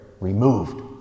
removed